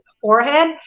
forehead